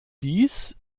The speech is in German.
dies